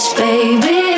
baby